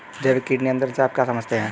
जैविक कीट नियंत्रण से आप क्या समझते हैं?